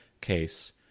case